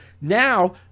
Now